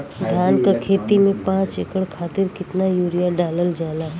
धान क खेती में पांच एकड़ खातिर कितना यूरिया डालल जाला?